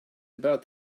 about